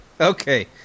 okay